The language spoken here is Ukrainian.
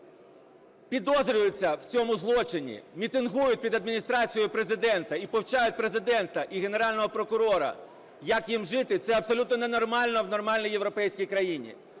підозрюються в цьому злочині, мітингують під Адміністрацією Президента і повчають Президента і Генерального прокурора, як їм жити, це абсолютно ненормально в нормальній європейській країні.